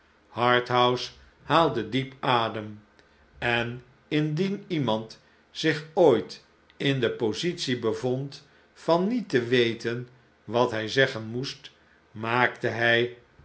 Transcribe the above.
harthouse haalde diep adem enindien iemand zich ooit in de positie bevond van niet te weten wat hij zeggen moest maakte hij